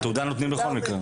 את התעודה נותנים בכל מקרה?